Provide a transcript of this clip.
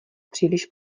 příliš